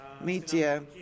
media